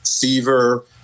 fever